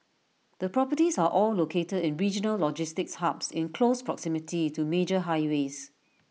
the properties are all located in regional logistics hubs in close proximity to major highways